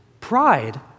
Pride